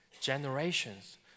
generations